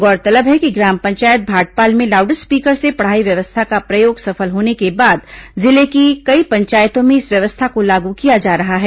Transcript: गौरतलब है कि ग्राम पंचायत भाटपाल में लाउड स्पीकर से पढ़ाई व्यवस्था का प्रयोग सफल होने के बाद जिले की कई पंचायतों में इस व्यवस्था को लागू किया जा रहा है